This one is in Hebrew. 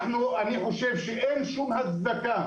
אני חושב שאין שום הצדקה,